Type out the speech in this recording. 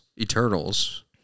Eternals